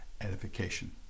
edification